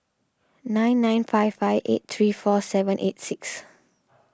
nine nine five five eight three four seven eight six